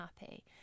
happy